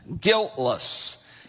guiltless